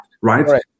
right